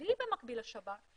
בלי במקביל לכלי השב"כ,